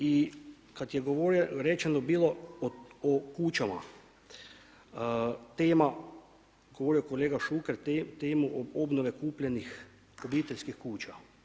I kad je rečeno bilo o kućama tema koju kolega Šuker temu obnove kupljenih obiteljskih kuća.